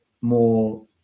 more